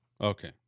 Okay